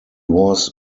was